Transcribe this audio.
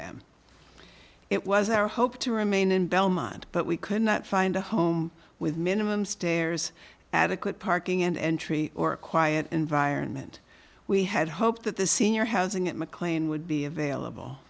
them it was our hope to remain in belmont but we could not find a home with minimum stairs adequate parking and entry or quiet environment we had hoped that the senior housing at mclean would be available